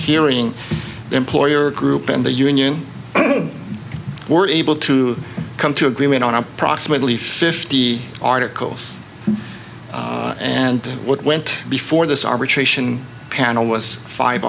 hearing employer group and the union were able to come to agreement on approximately fifty articles and what went before this arbitration panel was five